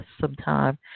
sometime